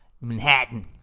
Manhattan